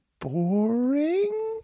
boring